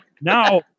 now